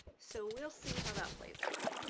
so we'll see how that plays out.